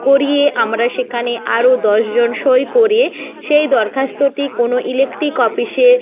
করিয়ে আমরা সেখানে আরও দশজন সই করে সেই দরখাস্তটি কোনো ইলেকট্রিক অফিসে